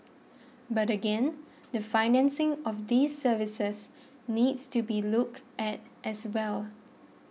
but again the financing of these services needs to be looked at as well